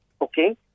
okay